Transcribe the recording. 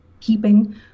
keeping